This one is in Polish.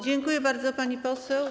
Dziękuję bardzo, pani poseł.